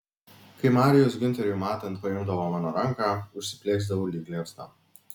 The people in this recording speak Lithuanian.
kai marijus giunteriui matant paimdavo mano ranką užsiplieksdavau lyg liepsna